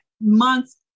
months